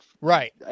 Right